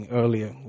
earlier